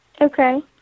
Okay